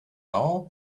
now